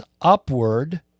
upward